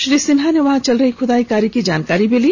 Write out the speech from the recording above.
श्री सिन्हा ने वहां चल रही खुदाई कार्य की जानकारी ली